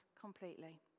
completely